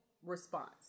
response